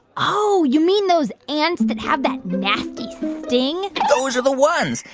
oh, you mean those ants that have that nasty sting? those are the ones.